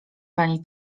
pani